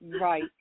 Right